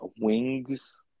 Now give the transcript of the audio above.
wings